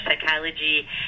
Psychology